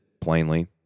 plainly